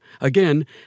Again